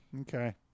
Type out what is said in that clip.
Okay